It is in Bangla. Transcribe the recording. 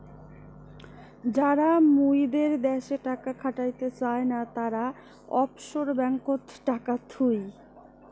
যারা মুইদের দ্যাশে টাকা খাটাতে চায় না, তারা অফশোর ব্যাঙ্ককোত টাকা থুই